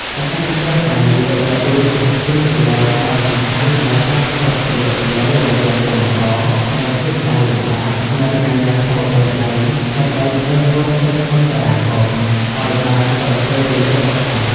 សកម្មជនការងារដើរតួជាស្ពានចម្លងដ៏សំខាន់ដែលតភ្ជាប់ទំនាក់ទំនងរវាងកម្មករដែលជួបការលំបាក និងអាជ្ញាធរដែនដី ដើម្បីស្វែងរកកិច្ចអន្តរាគមន៍ឱ្យបានទាន់ពេលវេលាបំផុត។